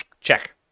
Check